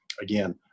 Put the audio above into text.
Again